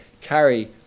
carry